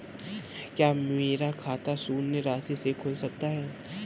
क्या मेरा खाता शून्य राशि से खुल सकता है?